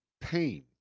pain